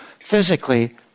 physically